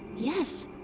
yes.